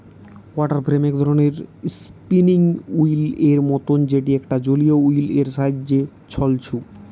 water frame এক ধরণের spinning wheel এর মতন যেটি একটা জলীয় ওহীল এর সাহায্যে ছলছু